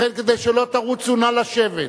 לכן, כדי שלא תרוצו, נא לשבת.